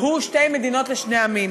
והוא: שתי מדינות לשני עמים.